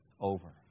over